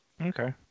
Okay